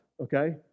okay